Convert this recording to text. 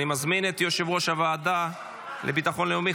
אני מזמין את יושב-ראש הוועדה לביטחון לאומי,